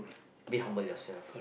be humble in yourself